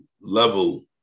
level